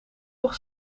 nog